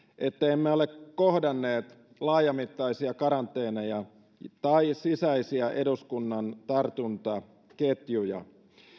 että emme ole kohdanneet laajamittaisia karanteeneja tai sisäisiä eduskunnan tartuntaketjuja